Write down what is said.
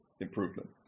improvement